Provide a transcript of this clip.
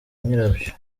nyirabyo